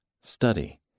Study